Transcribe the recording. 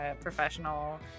professional